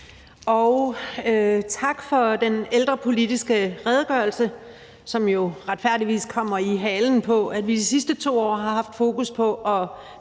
og tak for den ældrepolitiske redegørelse, som jo retfærdigvis kommer i halen på, at vi de sidste 2 år har haft fokus på at